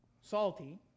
salty